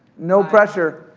no pressure.